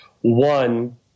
One